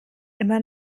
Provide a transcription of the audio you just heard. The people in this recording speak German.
immer